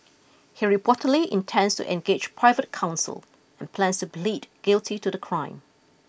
he reportedly intends to engage private counsel and plans to plead guilty to the crime